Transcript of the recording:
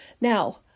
Now